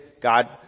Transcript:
God